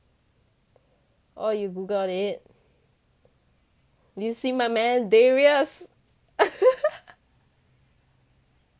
oh you googled did you see my man darius